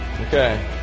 Okay